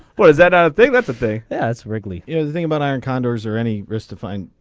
was that i think that's a day as wrigley is thing about iron condors or any risk defined.